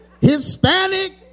Hispanic